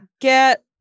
Get